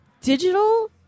digital